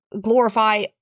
glorify